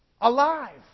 alive